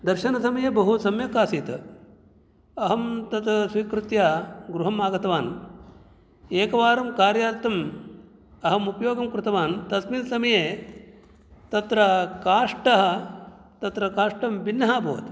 दर्शनसमये बहुसम्यक् आसीत् अहं तत् स्वीकृत्य गृहम् आगतवान् एकवारं कार्यार्थम् अहम् उपयोगं कृतवान् तस्मिन् समये तत्र काष्टः तत्र काष्टं भिन्नः अभवत्